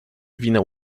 winę